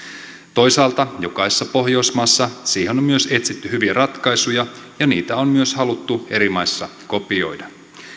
toisaalta jokaisessa pohjoismaassa siihen on myös etsitty hyviä ratkaisuja ja niitä on myös haluttu eri maissa kopioida